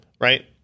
Right